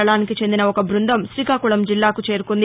దళానికి చెందిన ఒక బ్బందం శ్రీకాకుళం జిల్లాకు చేరింది